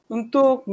Untuk